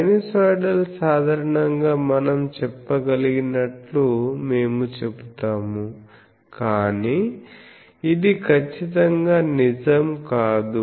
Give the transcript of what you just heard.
sinusoidal సాధారణంగా మనం చెప్పగలిగినట్లు మేము చెబుతాము కానీ ఇది ఖచ్చితంగా నిజం కాదు